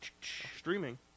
streaming